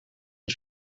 het